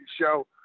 show